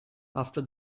after